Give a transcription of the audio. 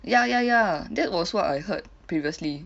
ya ya ya that was what I heard previously